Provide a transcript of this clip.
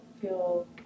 feel